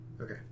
Okay